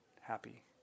happy